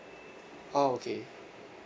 orh okay